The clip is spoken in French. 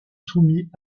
soumis